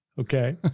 Okay